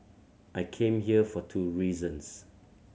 I came here for two reasons